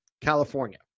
California